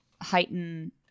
heighten